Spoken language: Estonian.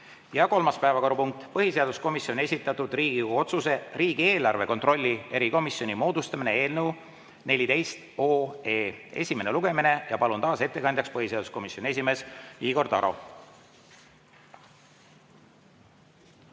Ja kolmas päevakorrapunkt: põhiseaduskomisjoni esitatud Riigikogu otsuse "Riigieelarve kontrolli erikomisjoni moodustamine" eelnõu 14 esimene lugemine. Palun taas ettekandjaks, põhiseaduskomisjoni esimees Igor Taro!